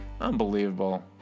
Unbelievable